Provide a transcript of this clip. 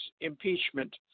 impeachment